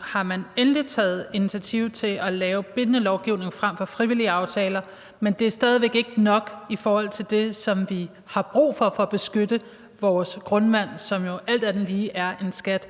har man endelig taget initiativ til at lave bindende lovgivning frem for frivillige aftaler, men det er stadig væk ikke nok i forhold til det, som vi har brug for for at beskytte vores grundvand, som jo alt andet lige er en skat.